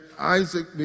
Isaac